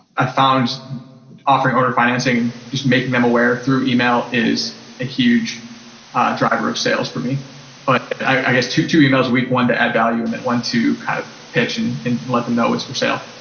i found offering owner financing, just making them aware through email, is a huge driver of sales for me. but i guess two two emails a week, one to add value and then one to kind of pitch and and let them know what's for sale.